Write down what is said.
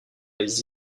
les